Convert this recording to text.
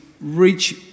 reach